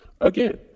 Again